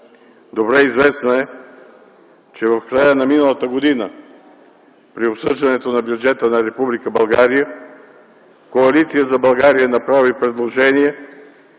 Добре известно е, че в края на миналата година при обсъждането на бюджета на Република България Коалиция за България направи предложение